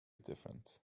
different